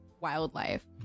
wildlife